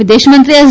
વિદેશમંત્રી એસ